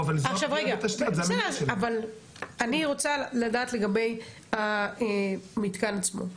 עכשיו רגע, אבל אני רוצה לדעת לגבי המתקן עצמו,